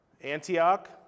Antioch